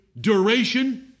duration